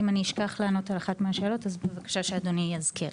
אם אני אשכח לענות על אחת מן השאלות אז בבקשה שאדוני יזכיר.